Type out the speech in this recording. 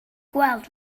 gweld